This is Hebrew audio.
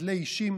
חדלי אישים